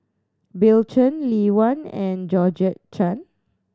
Bill Chen Lee Wen and Georgette Chen